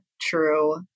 true